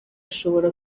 ashobora